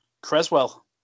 Creswell